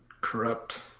corrupt